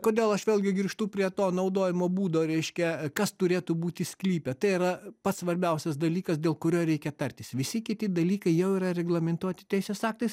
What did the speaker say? kodėl aš vėlgi grįžtu prie to naudojimo būdo reiškia kas turėtų būti sklype tai yra pats svarbiausias dalykas dėl kurio reikia tartis visi kiti dalykai jau yra reglamentuoti teisės aktais